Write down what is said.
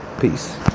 Peace